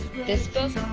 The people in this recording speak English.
this book